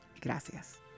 Gracias